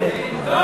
לא